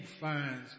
finds